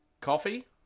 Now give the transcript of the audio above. coffee